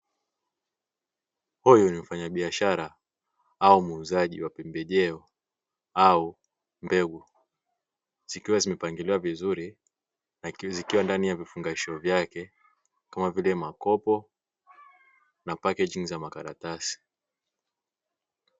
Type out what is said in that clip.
Huyu ni mfanyabiashara au muuzaji wa pembejeo au mbegu zikiwa zimepangiliwa vizuri, lakini zikiwa ndani ya vifungashio vyake kama vile makopo na pakeji za makaratasi.